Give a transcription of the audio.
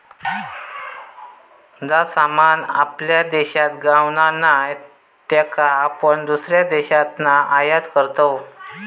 जा सामान आपल्या देशात गावणा नाय त्याका आपण दुसऱ्या देशातना आयात करतव